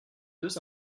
deux